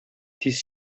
тиз